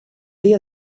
dia